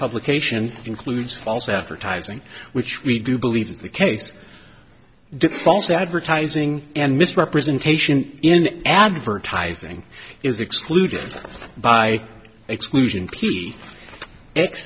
publication includes false advertising which we do believe is the case defense advertising and misrepresentation in advertising is excluded by exclusion p